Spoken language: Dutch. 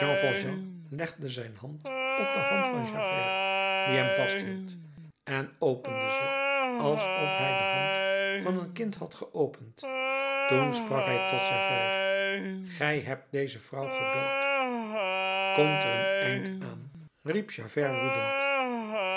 zijn hand op de hand van javert die hem vasthield en opende ze alsof hij de hand van een kind had geopend toen sprak hij tot javert ge hebt deze vrouw gedood komt er een eind aan riep